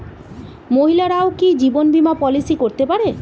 মহিলারাও কি জীবন বীমা পলিসি করতে পারে?